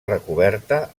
recoberta